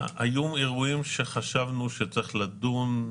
היו אירועים שחשבנו שצריך לדון,